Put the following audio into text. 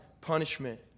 punishment